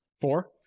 Four